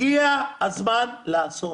הגיע הזמן לעשות.